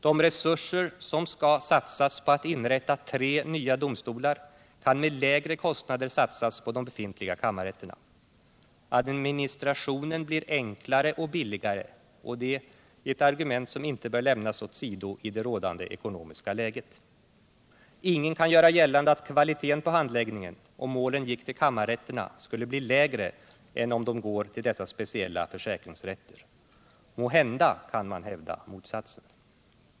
De resurser som skall satsas på att inrätta tre nya domstolar kan med lägre kostnader satsas på de befintliga kammarrätterna. Administrationen blir enklare och billigare och det är ett argument som inte bör lämnas åsido i det rådande ekonomiska läget. Ingen kan göra gällande att kvaliteten på handläggningen, om målen gick till kammarrätterna, skulle bli lägre än om de går till dessa speciella försäkringsrätter. Måhända kan man hävda motsatsen.